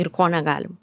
ir ko negalim